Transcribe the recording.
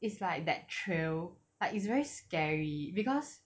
it's like that trail like it's very scary because